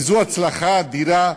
וזו הצלחה אדירה,